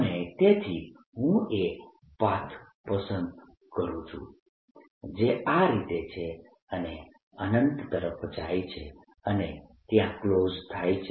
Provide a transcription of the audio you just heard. અને તેથી હું એ પાથ પસંદ કરું છું જે આ રીતે છે અને અનંત તરફ જાય છે અને ત્યાં ક્લોઝ થાય છે